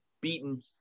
beaten